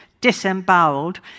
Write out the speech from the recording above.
disemboweled